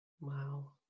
Wow